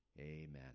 Amen